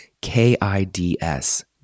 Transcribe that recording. K-I-D-S